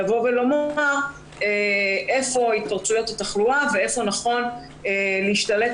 לומר איפה התפרצויות התחלואה ואיפה נכון להשתלט